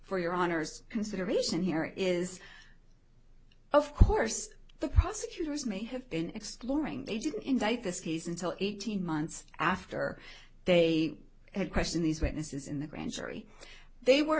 for your honour's consideration here is of course the prosecutors may have been exploring they didn't indict this case until eighteen months after they had question these witnesses in the grand jury they were